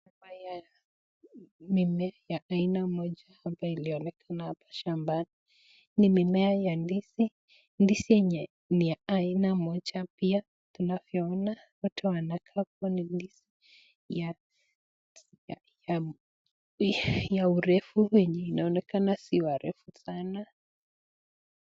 Haya ni aina moja ilionekana hapa kwenye shambani, ni mimea ya ndizi, ndizi yenye ni ya aina moja pia tunavyoona inakaa kuwa ni ndizi ya urefu unaonekana sio refu sana.